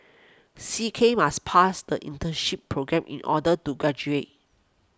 C K must pass the internship programme in order to graduate